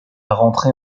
rentrer